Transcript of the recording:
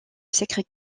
sacré